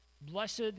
Blessed